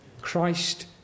Christ